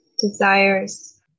desires